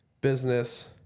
business